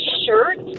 shirt